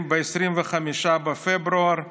ב-25 בפברואר 2020,